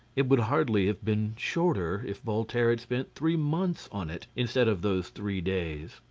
it would hardly have been shorter if voltaire had spent three months on it, instead of those three days.